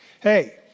Hey